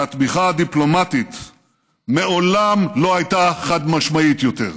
והתמיכה הדיפלומטית מעולם לא הייתה חד-משמעית יותר.